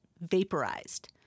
vaporized